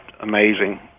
amazing